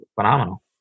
phenomenal